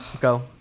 Go